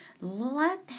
Let